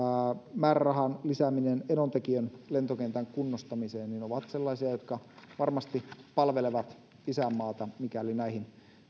määrärahan lisääminen enontekiön lentokentän kunnostamiseen ovat sellaisia jotka varmasti palvelevat isänmaata mikäli näihin